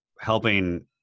helping